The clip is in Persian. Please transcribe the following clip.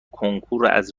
کنکوراز